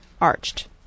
arched